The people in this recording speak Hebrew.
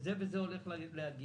וזה וזאת הולכים להגיע.